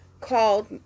called